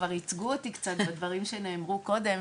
שכבר ייצגו אותי קצת בדברים שנאמרו קודם,